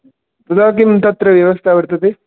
तदा किं तत्र व्यवस्था वर्तते